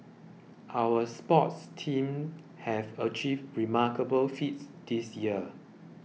our sports teams have achieved remarkable feats this year